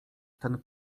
ten